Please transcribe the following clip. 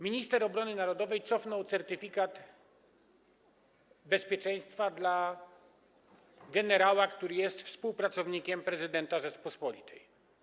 Minister obrony narodowej cofnął certyfikat bezpieczeństwa dla generała, który jest współpracownikiem prezydenta Rzeczypospolitej.